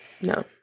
no